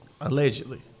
Allegedly